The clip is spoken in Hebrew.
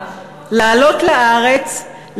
לעלות לארץ,